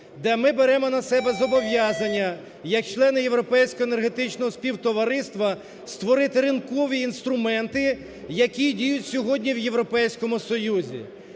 де ми беремо на себе зобов'язання як члени Європейського Енергетичного Співтовариства створити ринкові інструменти, які діють сьогодні в Європейському Союзі.